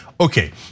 okay